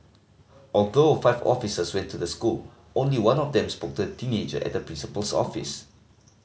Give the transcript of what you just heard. although five officers went to the school only one of them spoke the teenager at the principal's office